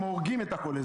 הם הורגים את החולה,